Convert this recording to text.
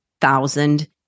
thousand